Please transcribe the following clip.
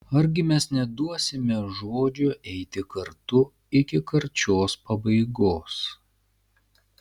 argi mes neduosime žodžio eiti kartu iki karčios pabaigos